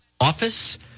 office